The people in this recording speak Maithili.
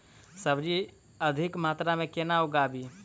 सब्जी अधिक मात्रा मे केना उगाबी?